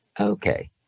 Okay